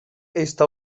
está